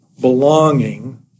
belonging